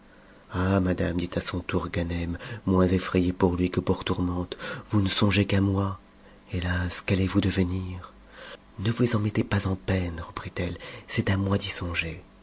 ah madame dit à son tour ganem moins enrayé pour lui que pour tourmente vous ne songez qu'à moi hé as qu'allezvous devenir ne vous en mettez pas en peine reprit-elle c'est à